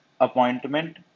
appointment